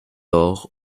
dore